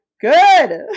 good